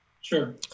Sure